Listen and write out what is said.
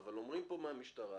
אבל המשטרה